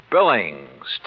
Billings